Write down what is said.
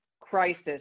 crisis